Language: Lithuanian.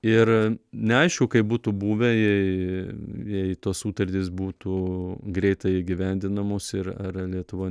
ir neaišku kaip būtų buvę jei jei tos sutartys būtų greitai įgyvendinamos ir ar lietuva